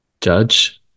Judge